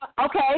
Okay